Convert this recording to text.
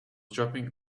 dropping